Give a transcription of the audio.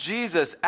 Jesus